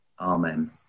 Amen